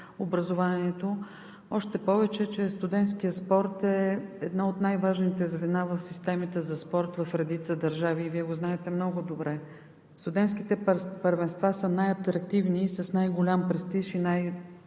още повече че студентският спорт е едно от най важните звена в системите за спорт в редица държави, и Вие го знаете много добре. Студентските първенства са най-атрактивни, с най-голям престиж и най-сериозно